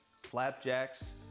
flapjacks